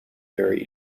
very